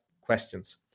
questions